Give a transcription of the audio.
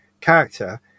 character